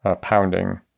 pounding